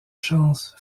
chance